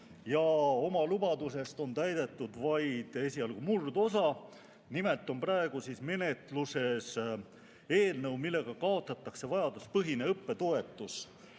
ajad ja lubadusest on täidetud esialgu vaid murdosa. Nimelt on praegu menetluses eelnõu, millega kaotatakse vajaduspõhine õppetoetus